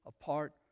apart